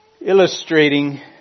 illustrating